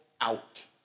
out